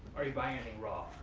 are you buying anything raw?